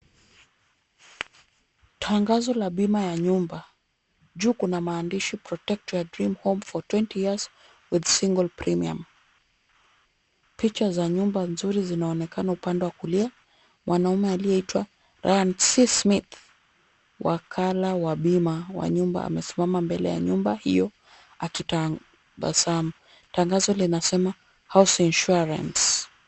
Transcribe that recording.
Tangazo la bima ya nyumba. Juu kuna maandishi, Protect Your Dream Home for 20 Years with Single Premium . Picha za nyumba nzuri zinaonekana upande wa kulia, mwanaume aliyeitwa, Ryan C. Smith, wakala wa bima wa nyumba amesimama mbele ya nyumba hio akitabasamu. Tangazo linasema, House Insurance .